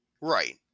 Right